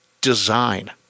design